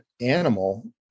animal